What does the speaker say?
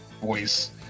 voice